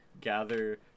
gather